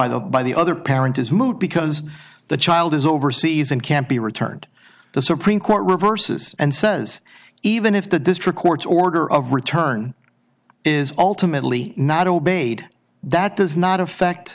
the by the other parent is moot because the child is overseas and can't be returned the supreme court reverses and says even if the district court's order of return is ultimately not obeyed that does not affect